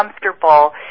comfortable